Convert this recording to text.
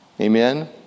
Amen